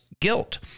guilt